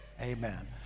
Amen